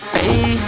Hey